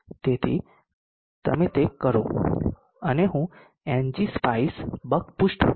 તેથી તમે તે કરો અને પછી હું ngspice buckboost